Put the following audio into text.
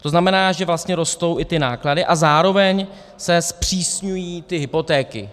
To znamená, že vlastně rostou i náklady a zároveň se zpřísňují ty hypotéky.